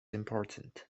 important